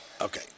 Okay